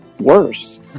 Worse